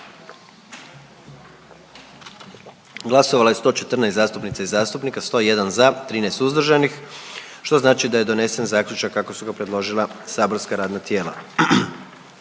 Glasovalo je 109 zastupnica i zastupnika, 106 za, 3 suzdržana i donesen zaključak kako ga je predložilo matično saborsko radno tijelo.